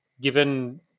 given